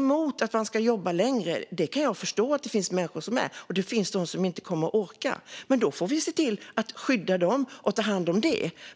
emot att man ska jobba längre och att det finns de som inte kommer att orka. Då får vi skydda dem och ta hand om det.